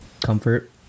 comfort